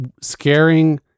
scaring